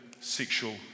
sexual